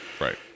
right